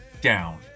down